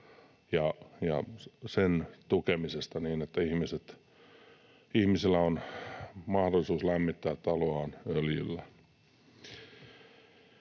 ja sen tukemisesta niin, että ihmisellä on mahdollisuus lämmittää taloaan öljyllä.